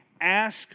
ask